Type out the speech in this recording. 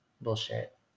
bullshit